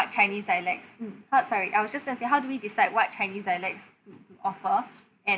what chinese dialects mm uh sorry I was just going to say how do we decide what chinese dialects offer and